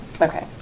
Okay